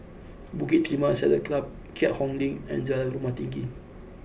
Bukit Timah Saddle Club Keat Hong Link and Jalan Rumah Tinggi